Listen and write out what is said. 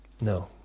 No